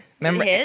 Remember